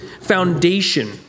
foundation